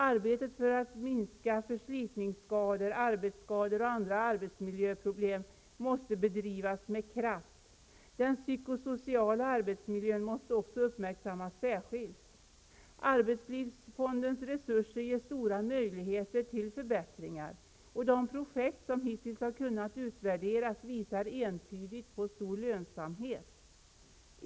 Arbetet för att minska förslitningsskador, arbetsskador och andra arbetsmiljöproblem måste bedrivas med kraft. Den psykosociala arbetsmiljön måste också uppmärksammas särskilt. Arbetslivsfondens resurser ger stora möjligheter till förbättringar. De projekt som hittills har kunnat utvärderas visar entydigt på stor lönsamhet.